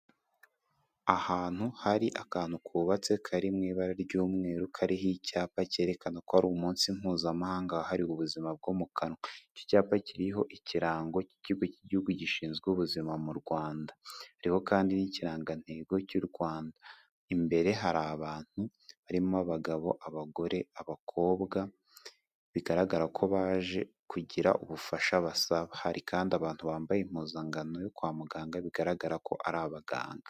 Ahantu hari akantu kubabatse kari mu ibara ry'umweru kariho icyapa cyerekana ko ari umunsi mpuzamahangahari ubuzima bwo mu kanwa. Iki cyapa kiriho ikirango cy'ikigo cy'igihugu gishinzwe ubuzima mu Rwanda. Harihoho kandi n'ikirangantego cy'u Rwanda. Imbere hari abantu barimo abagabo abagore abakobwa bigaragara ko baje kugira ubufasha basaba. Hari kandi abantu bambaye impuzankano yo kwa muganga bigaragara ko ari abaganga.